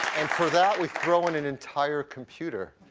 and for that, we throw in an entire computer.